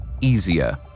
easier